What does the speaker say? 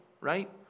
right